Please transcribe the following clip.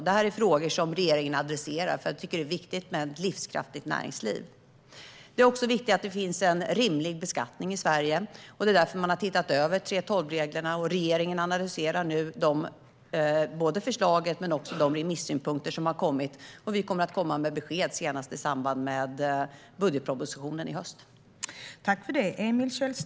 Det här är frågor som regeringen adresserar, för vi tycker att det är viktigt med ett livskraftigt näringsliv. Det är också viktigt att det finns en rimlig beskattning i Sverige. Det är därför man har sett över 3:12-reglerna. Regeringen analyserar nu förslaget men också de remissynpunkter som har kommit in. Vi kommer med besked senast i samband med budgetpropositionen i höst.